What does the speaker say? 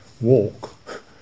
walk